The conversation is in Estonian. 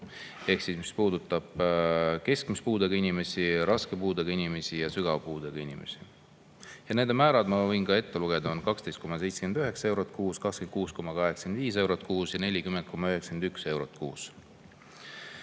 puututud. See puudutab keskmise puudega inimesi, raske puudega inimesi ja sügava puudega inimesi. Need määrad ma võin ka ette lugeda: need on 12,79 eurot kuus, 26,85 eurot kuus ja 40,91 eurot kuus.